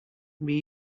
mais